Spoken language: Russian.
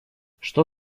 что